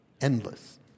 Endless